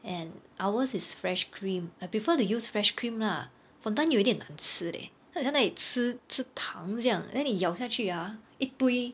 and ours is fresh cream I prefer to use fresh cream lah fondant 有一点难吃 leh 它很像在吃吃糖这样 and then 你咬下去 ah 一堆